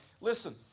Listen